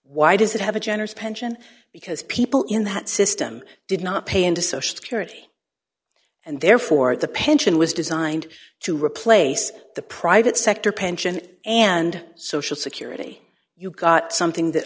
why does it have a generous pension because people in that system did not pay into social security and therefore the pension was designed to replace the private sector pension and social security you got something that